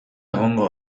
egongo